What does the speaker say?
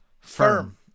Firm